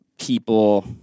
people